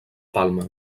palma